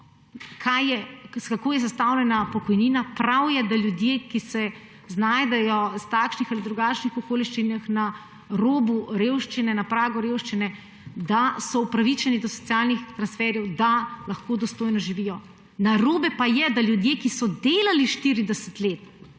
kako je sestavljena pokojnina. Prav je, da so ljudje, ki se znajdejo iz takšnih ali drugačnih okoliščinah na robu revščine, na pragu revščine, upravičeni do socialnih transferjev, da lahko dostojno živijo. Narobe pa je, da ljudje, ki so delali 40 let,